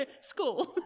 school